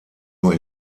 nur